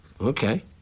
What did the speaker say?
Okay